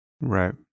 Right